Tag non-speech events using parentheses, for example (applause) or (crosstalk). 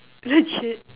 legit (laughs)